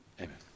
Amen